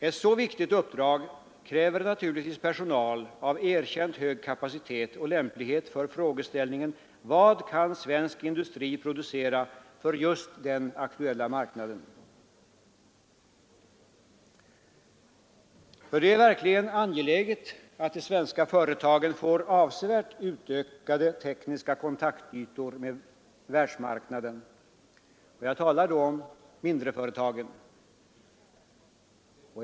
Ett så viktigt uppdrag kräver naturligtvis personal av erkänt hög kapacitet och lämplighet för frågeställningen: Vad kan svensk industri producera för just den aktuella marknaden? För det är verkligen angeläget att de svenska företagen får avsevärt utökade tekniska kontaktytor mot världsmarknaden; jag talar då om mindreföretagen.